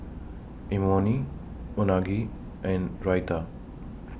Imoni Unagi and Raita